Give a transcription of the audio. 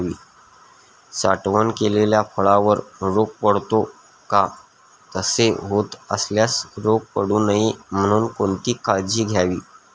साठवण केलेल्या फळावर रोग पडतो का? तसे होत असल्यास रोग पडू नये म्हणून कोणती काळजी घ्यावी?